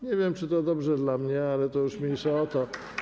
Nie wiem, czy to dobrze dla mnie, ale to już mniejsza o to.